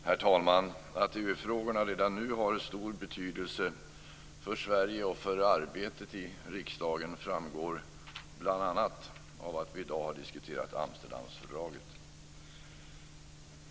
Herr talman! Att EU-frågorna redan nu har stor betydelse för Sverige och för arbetet i riksdagen framgår bl.a. av att vi i dag har diskuterat Amsterdamfördraget.